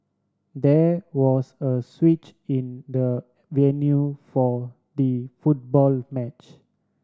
there was a switch in the venue for the football match